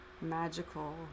Magical